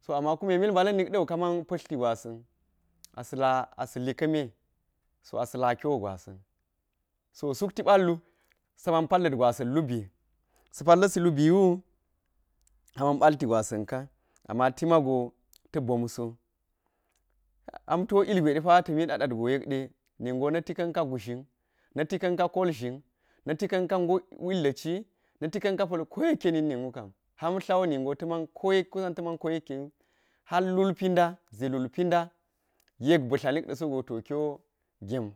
So ama kume mil mbala̱n nik da̱wu ka man pa̱lti gwasa̱n asa̱ la asa̱ li ka̱ me so asa̱ la kyo gwasa̱n so sukti balwu saman pallat gwasa̱n a lubi sa̱ palla̱ si lubi wuka man balti gwasa̱n ka ama ti mago ta̱ bomso hamto ilgwe a ta̱miɗa ɗal go yek ɗe ningo na̱ ti ka̱n kagu zhin, na̱ti ka̱n ka pa̱l ko yekke na̱k min wu kam ham tla wo ningo ta̱man ko yek kusan ta̱ man ko yekkewi hal lulpi nda ze lulpi nda yek bi tla nik ɗa̱ so go to kiwo gem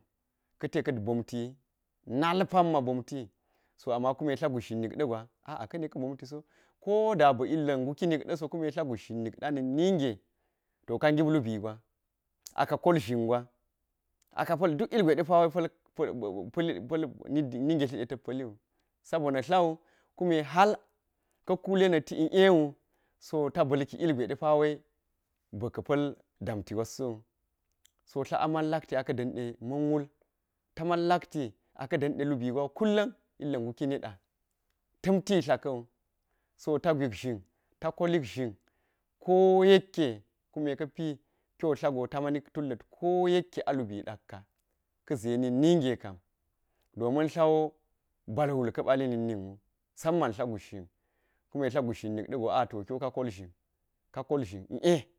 ka̱ te ka bomtiwi nal pamma bomti so ama kume tla gushzhin nik ɗa na̱k ninge to ka ngip lubi gwa a ka kol zhin gwa a ka pa̱l duk ilgwe de pa ningetli ɗe tak pa̱liwu sabo na̱ tlau kume ka̱ kule niti le wu so ta ba̱lki ilgwe de pawo bika̱ pa̱l damti gwasso wo, so tla aman lakti aka̱ da̱n ɗe ma̱n wul, ta man lakti a ka̱ da̱nɗe lubi gwawo kullum ilga̱ nguki niɗa tamti tla ka̱wu, so ta gwegzhin ta kolik zhin ko yekke kume ka̱pi kyo tla go tamanik tulla̱t ko ye kke a lubi ka ze na̱k ninge kam domin tlawo bal wul ka̱ ɓali na̱k ninwu kam musamman tla gushzhin, kuma tla gush zhin nik ɗa̱ go a to kiwo ka kol zhin ka kol zhin ie.